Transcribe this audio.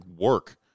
work